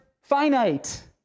finite